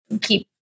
keep